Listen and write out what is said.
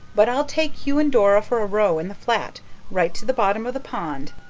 but i'll take you and dora for a row in the flat right to the bottom of the pond,